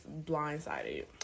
blindsided